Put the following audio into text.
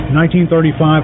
1935